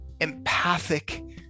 empathic